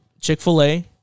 Chick-fil-A